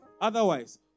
Otherwise